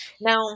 now